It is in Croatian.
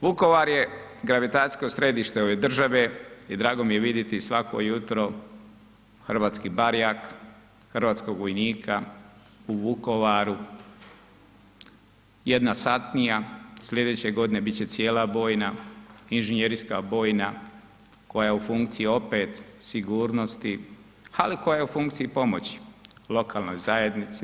Vukovar je gravitacijsko središte ove države i drago mi je vidjeti svako jutro hrvatski barjak, hrvatskog vojnika u Vukovaru, jedna satnija, slijedeće godine biti će cijela bojna, inženjerijska bojna koja je u funkciji opet sigurnosti ali koja je u funkciji i pomoći lokalnoj zajednici.